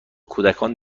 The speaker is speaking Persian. کودکان